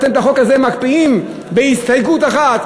אתם את החוק הזה מקפיאים בהסתייגות אחת,